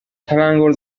تلنگور